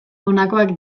honakoak